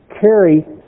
carry